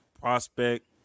prospect